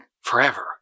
forever